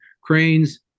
Cranes